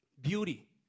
Beauty